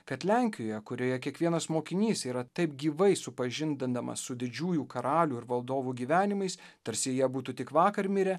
kad lenkijoje kurioje kiekvienas mokinys yra taip gyvai supažindindamas su didžiųjų karalių ir valdovų gyvenimais tarsi jie būtų tik vakar mirę